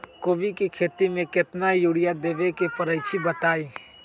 कोबी के खेती मे केतना यूरिया देबे परईछी बताई?